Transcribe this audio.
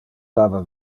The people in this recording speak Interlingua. dava